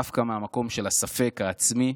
דווקא מהמקום של הספק העצמי,